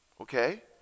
okay